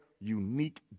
unique